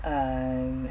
um